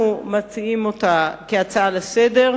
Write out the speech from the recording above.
אנחנו מציעים אותה כהצעה לסדר,